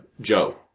Joe